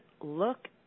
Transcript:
look